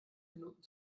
minuten